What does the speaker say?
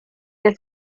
que